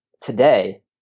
today